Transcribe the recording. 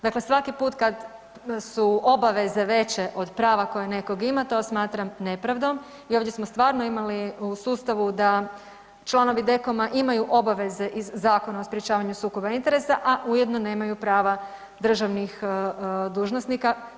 Dakle, svaki put kad su obaveze veće od prava koje netko ima to smatram nepravdom i ovdje smo stvarno imali u sustavu da članovi Dekoma imaju obaveze iz Zakona o sprječavanju sukoba interesa, a ujedno nemaju prava državnih dužnosnika.